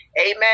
amen